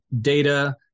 data